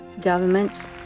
governments